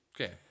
Okay